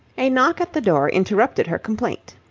a knock at the door interrupted her complaint.